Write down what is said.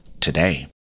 Today